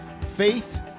faith